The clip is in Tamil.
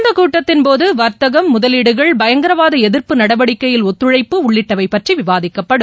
இந்தகூட்டத்தின்போதுவர்த்தகம் முதலீடுகள் பயங்கரவாதஎதிர்ப்பு நடவடிக்கையில் ஒத்துழைப்பு உள்ளிட்டவைபற்றிவிவாதிக்கப்படும்